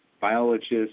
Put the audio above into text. biologists